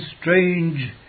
strange